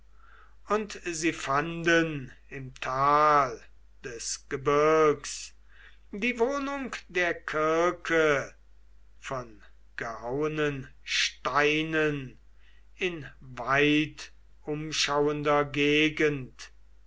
und sie fanden im tal des gebirgs die wohnung der kirke von gehauenen steinen in weitumschauender gegend